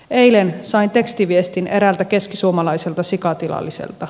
eilen sain tekstiviestin eräältä keskisuomalaiselta sikatilalliselta